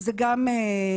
זו גם סוגיה.